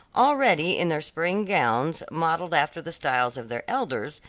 already in their spring gowns, modeled after the styles of their elders,